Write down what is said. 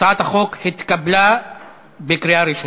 הצעת החוק התקבלה בקריאה ראשונה,